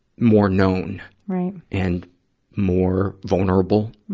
more known and more vulnerable.